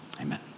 amen